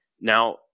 now